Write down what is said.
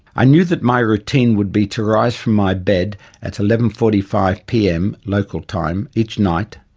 i knew that my routine would be to rise from my bed at eleven. forty five pm local time each night,